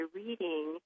reading